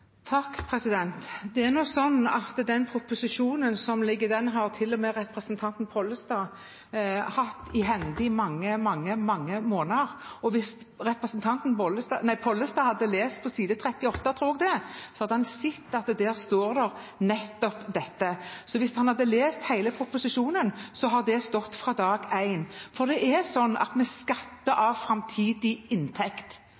Den proposisjonen som foreligger, har til og med representanten Pollestad hatt i hende i mange, mange måneder. Hvis representanten Pollestad hadde lest på side 38, tror jeg det var, hadde han sett at det der står nettopp dette. Hvis han hadde lest hele proposisjonen, har det stått fra dag én. For det er sånn at vi skatter